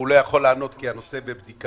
והוא לא יכול לענות כי הנושא בבדיקה.